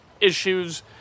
issues